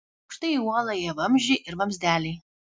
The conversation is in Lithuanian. aukštai į uolą ėjo vamzdžiai ir vamzdeliai